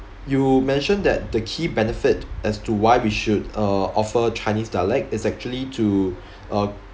you mentioned that the key benefit as to why we should uh offer chinese dialect is actually to uh